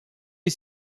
est